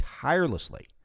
tirelessly